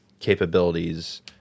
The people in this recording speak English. capabilities